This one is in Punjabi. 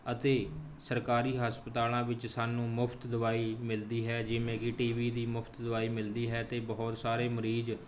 ਅਤੇ ਸਰਕਾਰੀ ਹਸਪਤਾਲਾਂ ਵਿੱਚ ਸਾਨੂੰ ਮੁਫ਼ਤ ਦਵਾਈ ਮਿਲਦੀ ਹੈ ਜਿਵੇਂ ਕਿ ਟੀ ਬੀ ਦੀ ਮੁਫ਼ਤ ਦਵਾਈ ਮਿਲਦੀ ਹੈ ਅਤੇ ਬਹੁਤ ਸਾਰੇ ਮਰੀਜ਼